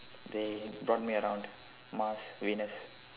they brought me around Mars Venus